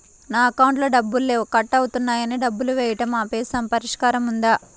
నా అకౌంట్లో డబ్బులు లేవు కట్ అవుతున్నాయని డబ్బులు వేయటం ఆపేసాము పరిష్కారం ఉందా?